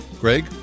Greg